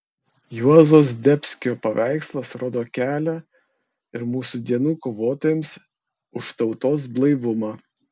juozo zdebskio paveikslas rodo kelią ir mūsų dienų kovotojams už tautos blaivumą